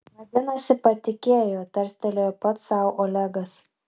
vadinasi patikėjo tarstelėjo pats sau olegas